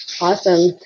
Awesome